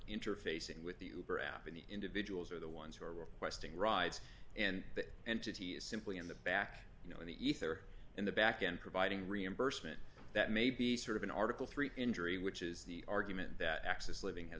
and the individuals are the ones who are requesting rides and that entity is simply in the back you know in the ether in the back end providing reimbursement that may be sort of an article three injury which is the argument that access d living has